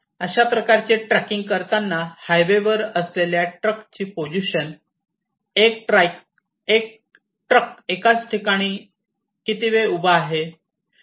अशा प्रकारचे ट्रॅकिंग करताना हायवेवर असलेल्या ट्रक ची पोझिशन्स ट्रक एकाच ठिकाणी किती वेळ उभा आहे